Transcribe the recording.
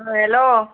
आं हॅलो